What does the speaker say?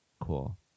Cool